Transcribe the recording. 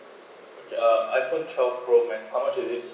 ya iPhone twelve pro max how much is it